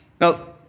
Now